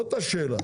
זאת השאלה.